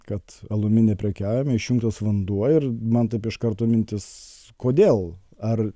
kad alumi neprekiaujame išjungtas vanduo ir man taip iš karto mintis kodėl ar